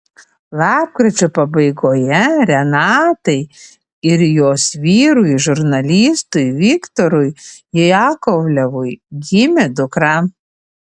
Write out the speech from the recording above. lapkričio pabaigoje renatai ir jos vyrui žurnalistui viktorui jakovlevui gimė dukra